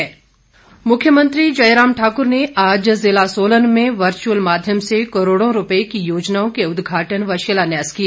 मुख्यमंत्री मुख्यमंत्री जयराम ठाकुर ने आज जिला सोलन में वर्चुअल माध्यम से करोड़ों रूपये की योजनाओं के उद्घाटन व शिलान्यास किए